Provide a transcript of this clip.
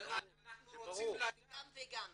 זה גם וגם.